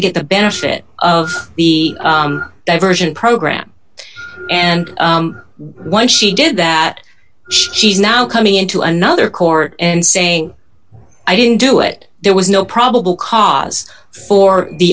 get the benefit of the diversion program and when she did that she's now coming into another court and saying i didn't do it there was no probable cause for the